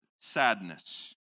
sadness